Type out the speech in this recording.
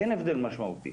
אין הבדל משמעותי